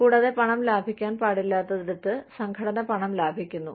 കൂടാതെ പണം ലാഭിക്കാൻ പാടില്ലാത്തിടത്ത് സംഘടന പണം ലാഭിക്കുന്നു